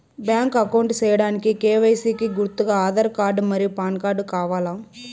Bank account సేయడానికి KYC కి గుర్తుగా ఆధార్ కార్డ్ మరియు పాన్ కార్డ్ కావాలా?